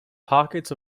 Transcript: pockets